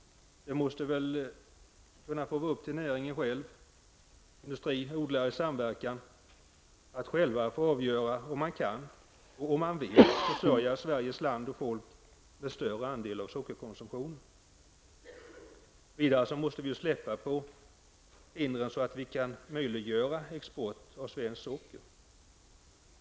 Det måste väl vara näringen -- industri och odlare i samverkan -- som själv avgör om man kan och vill förse Sveriges land och folk med en större andel av socker för konsumtion. Vidare måste vi släppa på hindren, så att vi kan möjliggöra export av svenskt socker.